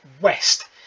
west